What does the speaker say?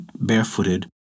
barefooted